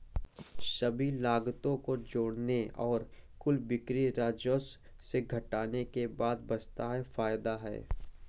सभी लागतों को जोड़ने और कुल बिक्री राजस्व से घटाने के बाद बचता है फायदा है